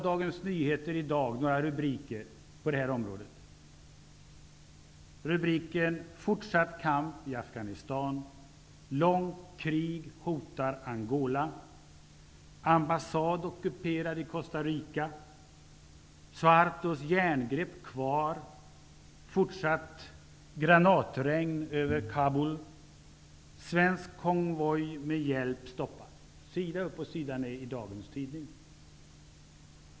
Jag läser några rubriker på området ur Dagens Nyheter i dag: ''Fortsatt kamp i Afghanistan'', ''Långt krig hotar Angola'', ''Ambassad ockuperad i Costa Rica'', ''Suhartos järngrepp kvar'', ''Fortsatt granatregn över Kabul'' och ''Svensk konvoj med hjälp stoppas''. Sida upp och sida ned ser vi detta i dagens tidning.